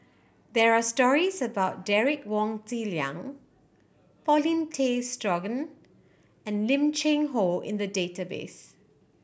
there are stories about Derek Wong Zi Liang Paulin Tay Straughan and Lim Cheng Hoe in the database